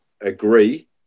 agree